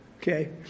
Okay